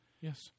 Yes